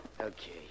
Okay